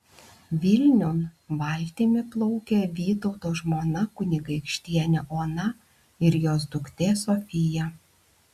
vilniun valtimi plaukia vytauto žmona kunigaikštienė ona ir jos duktė sofija